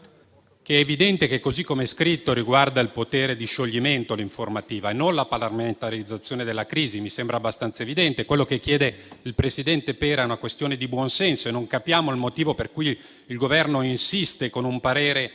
che è evidente che, così com'è scritto, l'informativa riguarda il potere di scioglimento e non la parlamentarizzazione della crisi. Mi sembra abbastanza evidente. Quello che chiede il presidente Pera è una questione di buonsenso e non capiamo il motivo per cui il Governo insista con un parere